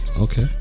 Okay